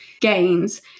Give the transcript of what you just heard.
gains